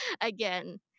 again